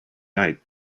night